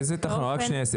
איזה תחנות קיבלו?